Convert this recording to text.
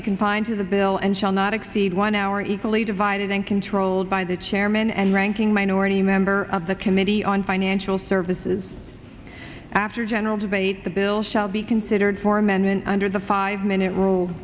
debate confined to the bill and shall not exceed one hour equally divided and controlled by the chairman and ranking minority member of the committee on financial services after general debate the bill shall be considered for amendment under the five minute rule